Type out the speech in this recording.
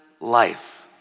life